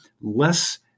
less